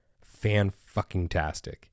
fan-fucking-tastic